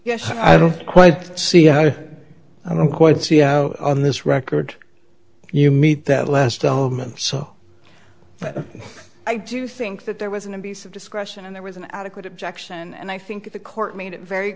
yes i don't quite see how i don't quite see on this record you meet that last element so i do think that there was an abuse of discretion and there was an adequate objection and i think the court made it very